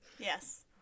Yes